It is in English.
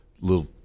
little